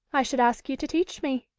i should ask you to teach me